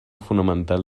fonamental